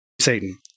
Satan